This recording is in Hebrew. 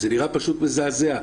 זה נראה פשוט מזעזע.